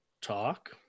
talk